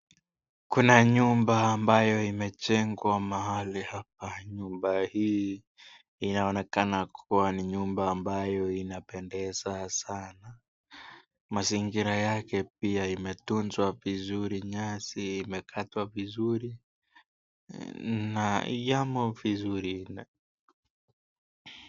Kuna nyumba ambayo imejengwa mahali hapa . Nyumba hii inaonekana kuwa ni nyumba ambayo inapendeza sana. Mazingira yake pia imetuzwa vizuri, nyasi imekatwa vizuri na yamo vizuri.